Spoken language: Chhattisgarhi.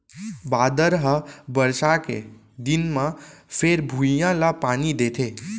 बादर ह बरसा के दिन म फेर भुइंया ल पानी देथे